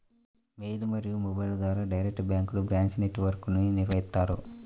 mail మరియు మొబైల్ల ద్వారా డైరెక్ట్ బ్యాంక్లకు బ్రాంచ్ నెట్ వర్క్ను నిర్వహిత్తారు